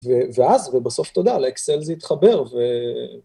ואז, ובסוף תודה, לאקסל זה התחבר ו...